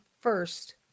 first